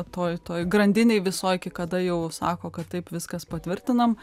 toj toj grandinėj visoj iki kada jau sako kad taip viskas patvirtinam